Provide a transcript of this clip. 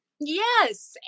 Yes